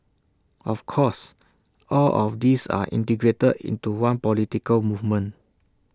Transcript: of course all of these are integrated into one political movement